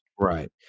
Right